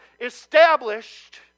established